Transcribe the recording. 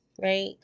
right